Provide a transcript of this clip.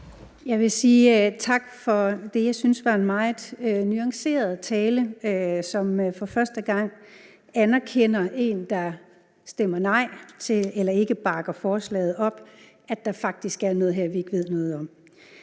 Jeg vil sige tak for det, jeg synes var en meget nuanceret tale. For første gang anerkender en, der ikke bakker forslaget op, at der faktisk er noget her, vi ikke ved noget om.